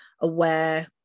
aware